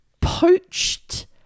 poached